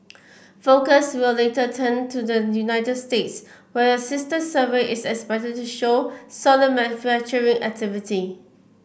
focus will later turn to the United States where a sister survey is expected to show solid manufacturing activity